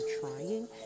trying